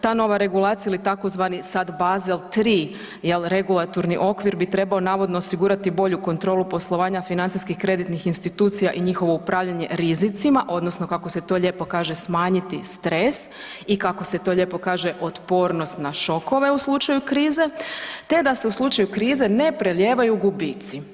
Ta nova regulacija ili tzv. sad Basel 3, jel regulatorni okvir bi trebao navodno osigurati bolju kontrolu poslovanja financijskih kreditnih institucija i njihovo upravljanje rizicima odnosno kako se to lijepo kaže smanjiti stres i kako se to lijepo kaže otpornost na šokove u slučaju krize, te da se u slučaju krize ne prelijevaju gubici.